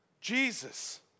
Jesus